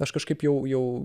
aš kažkaip jau jau